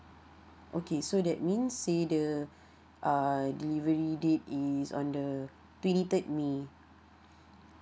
okay so that means say the uh delivery date is on the twenty third may